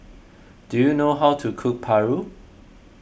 do you know how to cook Paru